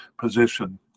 position